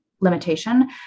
limitation